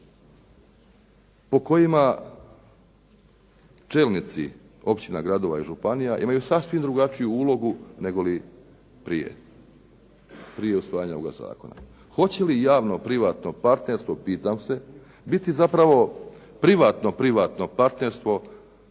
po kojima čelnici općina, gradova i županija imaju sasvim drugačiju ulogu negoli prije, prije usvajanja ovoga zakona. Hoće li javno-privatno partnerstvo pitam se biti zapravo privatno-privatno partnerstvo